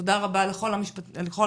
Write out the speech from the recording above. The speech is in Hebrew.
תודה רבה לכל המשתתפים.